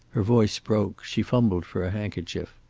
her voice broke she fumbled for a handkerchief.